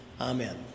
Amen